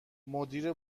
مدیر